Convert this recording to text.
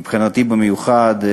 מבחינתי במיוחד,